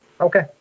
okay